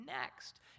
next